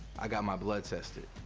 i got my blood tested.